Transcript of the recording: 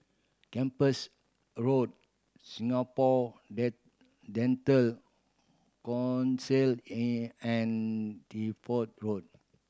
Kempas Road Singapore Dental Council and and Deptford Road